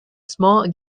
small